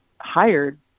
hired